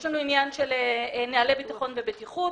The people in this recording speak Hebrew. יש לנו עניין של נוהלי ביטחון ובטיחות,